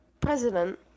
president